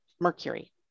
Mercury